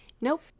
Nope